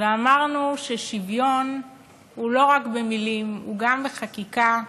ואמרנו ששוויון הוא לא רק במילים, הוא גם בחקיקה,